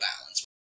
balance